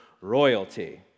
royalty